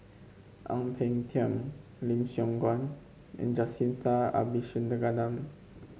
Ang Peng Tiam Lim Siong Guan and Jacintha Abisheganaden